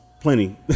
plenty